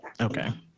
Okay